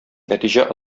нәтиҗә